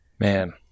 Man